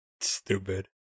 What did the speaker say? Stupid